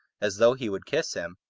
as though he would kiss him,